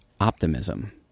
Optimism